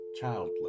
childless